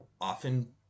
Often